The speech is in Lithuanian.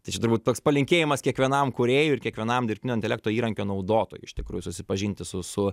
tai čia turbūt toks palinkėjimas kiekvienam kūrėjui ir kiekvienam dirbtinio intelekto įrankio naudotojui iš tikrųjų susipažinti su su